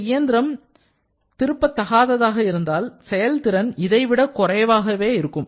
இந்த இயந்திரம் இருப்பதாக இருந்தால் செயல்திறன் இதைவிட குறைவாக இருக்கும்